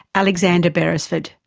alexander beresford,